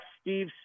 Steve